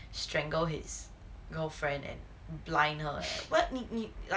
strangled his girlfriend and blind her like what need need like